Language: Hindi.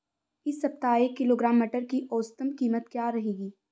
इस सप्ताह एक किलोग्राम मटर की औसतन कीमत क्या रहेगी?